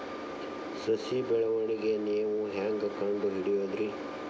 ಸಸಿ ಬೆಳವಣಿಗೆ ನೇವು ಹ್ಯಾಂಗ ಕಂಡುಹಿಡಿಯೋದರಿ?